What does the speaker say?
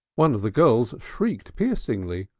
one of the girls shrieked piercingly,